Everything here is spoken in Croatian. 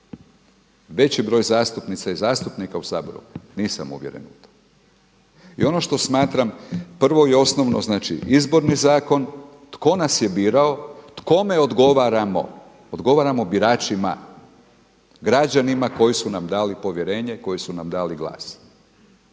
veći broj zastupnica i zastupnika u Saboru, nisam uvjeren u to. I ono što smatram prvo i osnovno, znači Izborni zakon, tko nas je birao, kome odgovaramo? Odgovaramo biračima, građanima koji su nam dali povjerenje, koji su nam dali glas